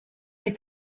les